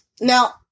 Now